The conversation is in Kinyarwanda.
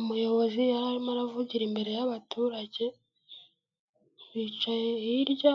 Umuyobozi yari arimo aravugira imbere y'abaturage bicaye, hirya